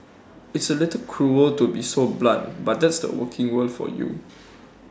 it's A little cruel to be so blunt but that's the working world for you